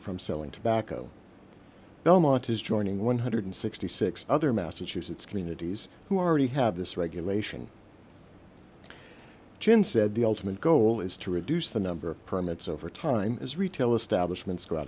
from selling tobacco belmont is joining one hundred and sixty six other massachusetts communities who are already have this regulation chen said the ultimate goal is to reduce the number of permits over time as retail establishments go out